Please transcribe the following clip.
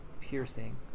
Piercing